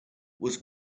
was